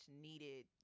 needed